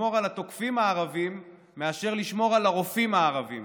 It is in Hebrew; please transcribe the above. לשמור על התוקפים הערבים מאשר לשמור על הרופאים הערבים.